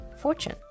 fortune